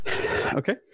Okay